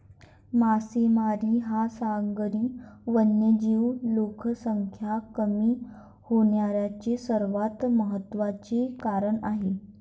मासेमारी हा सागरी वन्यजीव लोकसंख्या कमी होण्याचे सर्वात महत्त्वाचे कारण आहे